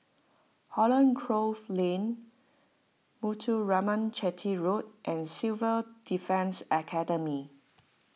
Holland Grove Lane Muthuraman Chetty Road and Civil Defence Academy